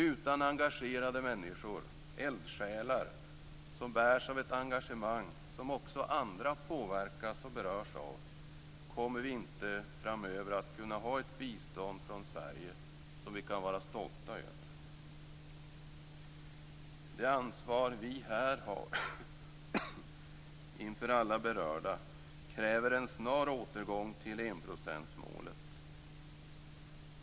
Utan engagerade människor, eldsjälar som bärs av ett engagemang som också andra påverkas och berörs av, kommer vi inte framöver att kunna ha ett bistånd från Sverige som vi kan vara stolta över. Det ansvar vi här har inför alla berörda kräver en snar återgång till enprocentsmålet.